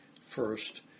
first